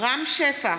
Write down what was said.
רם שפע,